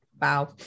wow